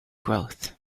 growth